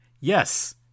Yes